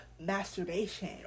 masturbation